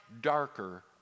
darker